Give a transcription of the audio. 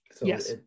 Yes